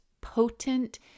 potent